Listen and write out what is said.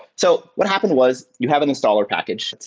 so what happened was you have an installer package.